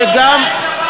עזוב את ההיסטוריה.